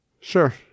Sure